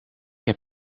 heb